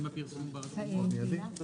עוד פעם, לא